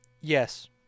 Yes